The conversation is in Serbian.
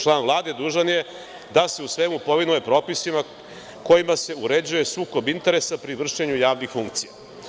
Član Vlade dužan je da se u svemu povinuje propisima kojima se uređuje sukob interesa pri vršenju javnih funkcija.